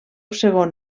segon